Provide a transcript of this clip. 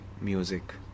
music